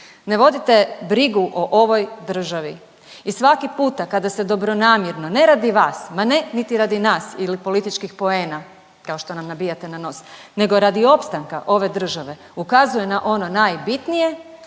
Ne vodite brigu o ovoj državi i svaki puta kada se dobronamjerno ne radi vas, ma ne niti radi nas ili političkih poena kao što nam nabijate na nos, nego radi opstanka ove države ukazuje na ono najbitnije